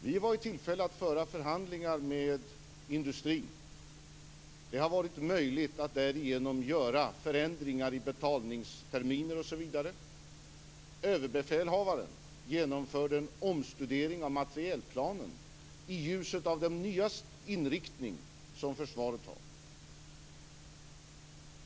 Vi var i tillfälle att föra förhandlingar med industrin, och det har varit möjligt att därigenom göra förändringar i betalningsterminer osv. Överbefälhavaren genomförde en omstudering av materielplanen i ljuset av den nya inriktning som försvaret har.